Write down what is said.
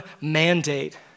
mandate